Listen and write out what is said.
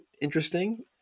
interesting